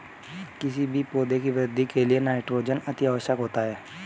किसी भी पौधे की वृद्धि के लिए नाइट्रोजन अति आवश्यक होता है